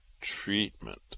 treatment